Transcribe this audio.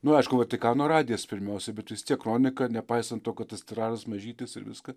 nu aišku vatikano radijas pirmiausia bet vis tiek kronika nepaisant to kad tas tiražas mažytis ir viską